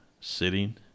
sitting